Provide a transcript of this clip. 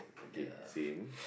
okay same